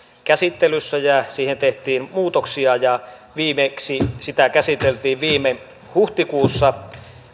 käsittelyssä ja siihen tehtiin muutoksia ja viimeksi sitä käsiteltiin viime huhtikuussa